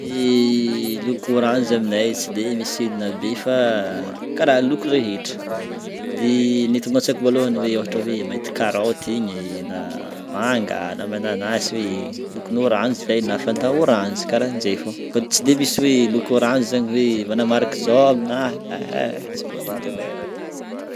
Ny loko oranza aminay tsy de misy inona be fa karaha loko rehetra. De ny tonga antsaiko voalohany hoe ohatra hoe mahita karôty igny, na magna, na mananasa hoe lokona orange zay na Fanta orange karahakarahaninje fô tsy de misy loko orange zany hoe manamarika zô aminay, ehe tsy de mbôla hitako e.